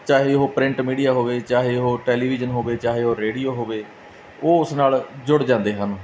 ਚਾਹੇ ਉਹ print media ਹੋਵੇ ਚਾਹੇ ਉਹ ਟੈਲੀਵਿਜ਼ਨ ਹੋਵੇ ਚਾਹੇ ਉਹ ਰੇਡੀਓ ਹੋਵੇ ਉਹ ਉਸ ਨਾਲ ਜੁੜ ਜਾਂਦੇ ਹਨ